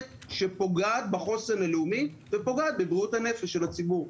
שפוגעת בחוסן הלאומי ופוגעת בבריאות הנפש של הציבור.